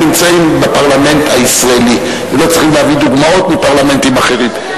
נמצאים בפרלמנט הישראלי ולא צריך להביא דוגמאות מפרלמנטים אחרים.